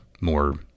more